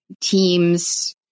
teams